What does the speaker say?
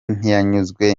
ntiyanyuzwe